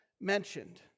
mentioned